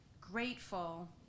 grateful